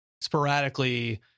sporadically